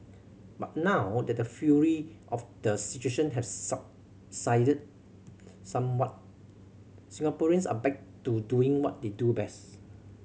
but now that the fury of the situation have subsided somewhat Singaporeans are back to doing what they do best